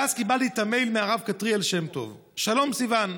ואז קיבלתי את המייל מהרב כתריאל שמטוב: "שלום סיון,